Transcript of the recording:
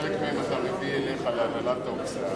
שחלק מהם אתה מביא אליך להנהלת האוצר,